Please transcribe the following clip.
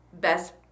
best